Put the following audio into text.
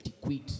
quit